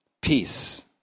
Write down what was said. peace